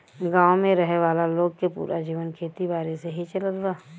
गांव में रहे वाला लोग के पूरा जीवन खेती बारी से ही चलत बा